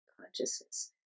consciousness